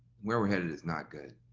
where we're headed is not good.